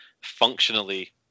functionally